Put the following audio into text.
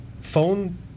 phone